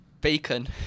Bacon